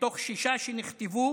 מתוך שישה שנכתבו,